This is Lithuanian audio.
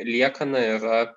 liekana yra